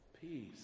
peace